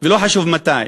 ולא חשוב מתי.